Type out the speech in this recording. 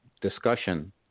discussion